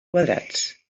quadrats